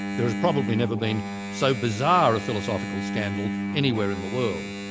there has probably never been so bizarre a philosophical scandal anywhere in the world.